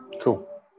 Cool